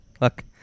Look